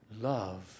love